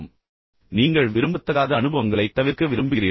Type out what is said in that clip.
இப்போது நீங்கள் விரும்பத்தகாத அனுபவங்களைத் தவிர்க்க விரும்புகிறீர்கள்